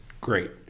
great